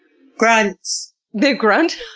grunts. they grunt?